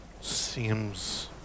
seems